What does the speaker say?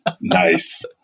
Nice